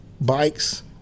bikes